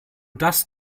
das